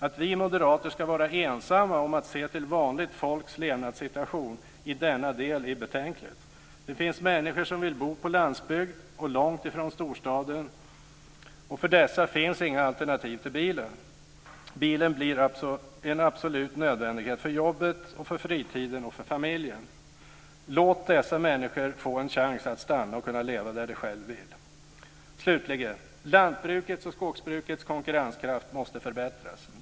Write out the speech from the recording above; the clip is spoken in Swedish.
Att vi moderater ska vara ensamma om att se till vanligt folks levnadssituation i denna del är betänkligt. Det finns människor som vill bo på landsbygden och långt från storstaden. För dessa finns inga alternativ till bilen. Bilen blir en absolut nödvändighet för jobbet, för fritiden och för familjen. Låt dessa människor få en chans att stanna och kunna leva där de själva vill! Slutligen måste lantbrukets och skogsbrukets konkurrenskraft förbättras.